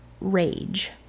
rage